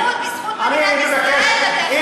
בזכות מדינת ישראל אתה יכול להיות דמוקרט.